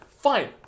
fine